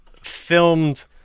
filmed